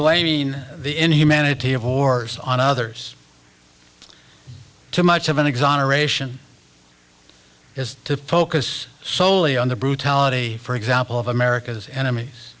blaming the inhumanity of wars on others too much of an exoneration is to focus solely on the brutality for example of america's enemies